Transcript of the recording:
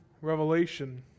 revelation